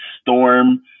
storm